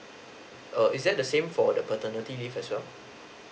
err is that the same for the paternity leave as well